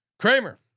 Kramer